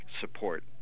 support